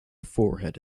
forehead